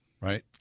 right